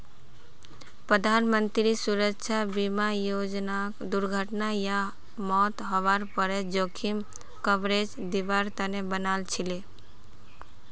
प्रधानमंत्री सुरक्षा बीमा योजनाक दुर्घटना या मौत हवार पर जोखिम कवरेज दिवार तने बनाल छीले